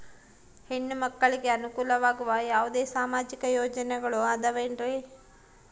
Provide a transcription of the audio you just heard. ಹೆಣ್ಣು ಮಕ್ಕಳಿಗೆ ಅನುಕೂಲವಾಗುವ ಯಾವುದೇ ಸಾಮಾಜಿಕ ಯೋಜನೆಗಳು ಅದವೇನ್ರಿ?